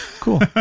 cool